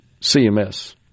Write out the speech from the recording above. CMS